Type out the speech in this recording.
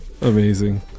Amazing